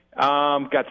Got